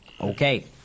Okay